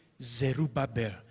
Zerubbabel